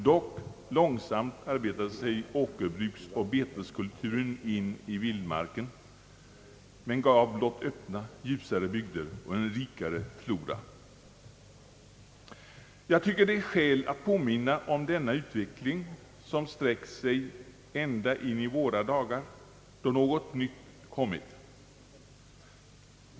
Dock, långsamt arbetade sig åkerbruksoch beteskulturen in i vildmarken men gav blott öppna, ljusare bygder och en rikare flora. Jag tycker det är skäl att påminna om denna utveckling, som sträckt sig ända in i våra dagar, då något nytt har kommit till.